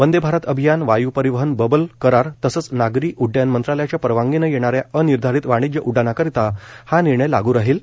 वंदे भारत अभियान वायू परिवहन बबल करार तसंच नागरी उड्डयन मंत्रालयाच्या परवानगीनं येणाऱ्या अनिर्धारित वाणिज्य उड्डाणांकरता हा निर्णय लागू राहील